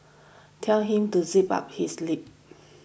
tell him to zip up his lip